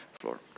floor